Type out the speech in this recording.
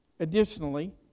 Additionally